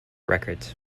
records